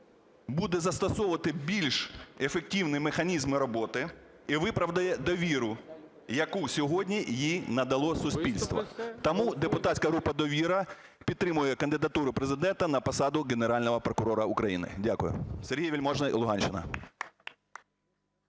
буде застосовувати більш ефективні механізми роботи і виправдає довіру, яку сьогодні їй надало суспільство. Тому депутатська група "Довіра" підтримує кандидатуру Президента на посаду Генерального прокурора України. Дякую. Сергій Вельможний, Луганщина.